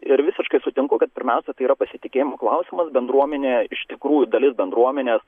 ir visiškai sutinku kad pirmiausia tai yra pasitikėjimo klausimas bendruomenė iš tikrųjų dalis bendruomenės